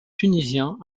tunisien